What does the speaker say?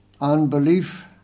unbelief